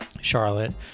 Charlotte